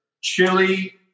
Chili